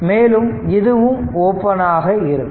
மேலும் இதுவும் ஓபன் ஆக இருக்கும்